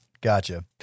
Gotcha